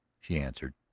she answered.